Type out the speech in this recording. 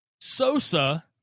Sosa